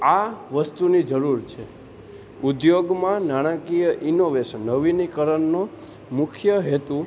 આ વસ્તુની જરૂર છે ઉદ્યોગમાં નાણાકીય ઈનોવેશન નવીનીકરણનો મુખ્ય હેતુ